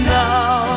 now